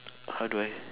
how do I